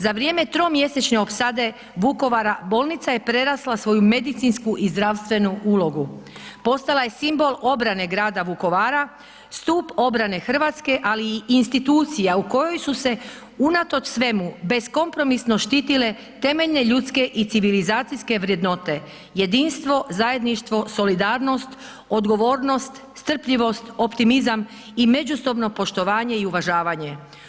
Za vrijeme tromjesečne opsade Vukovara bolnica je prerasla svoju medicinsku i zdravstvenu ulogu, postala je simbol obrane grada Vukovara, stup obrane Hrvatske, ali i institucija u kojoj su se unatoč svemu beskompromisno štitile temeljne ljudske i civilizacijske vrednote, jedinstvo, zajedništvo, solidarnost, odgovornost, strpljivost, optimizam i međusobno poštovanje i uvažavanje.